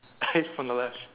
from the left